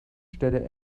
städte